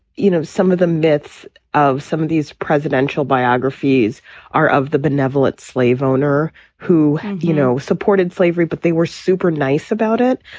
you know, some of the myths of some of these presidential biographies are of the benevolent slave owner who, you know, supported slavery, but they were super nice about it.